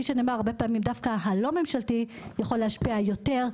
שנאמר הרבה פעמים דווקא הלא ממשלתי יכול להשפיע יותר,